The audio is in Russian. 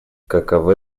каковы